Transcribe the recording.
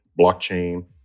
blockchain